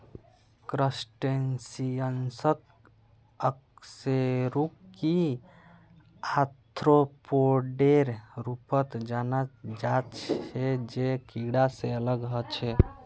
क्रस्टेशियंसक अकशेरुकी आर्थ्रोपोडेर रूपत जाना जा छे जे कीडा से अलग ह छे